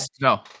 no